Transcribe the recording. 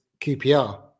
QPR